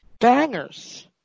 Bangers